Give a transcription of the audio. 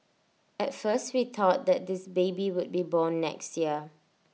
at first we thought that this baby would be born next year